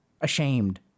ashamed